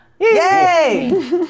Yay